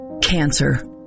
Cancer